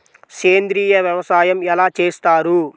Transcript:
సేంద్రీయ వ్యవసాయం ఎలా చేస్తారు?